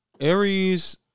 Aries